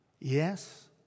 Yes